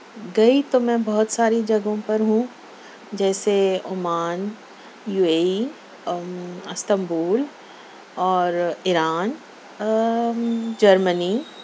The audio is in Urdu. گئی تو میں بہت ساری جگہوں پر ہوں جیسے Oman U A E Istanbul اور ایران جرمنی